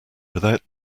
without